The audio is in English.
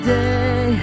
day